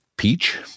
Peach